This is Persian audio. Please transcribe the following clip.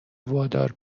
وادار